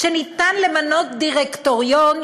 שאפשר למנות דירקטוריון,